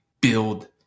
build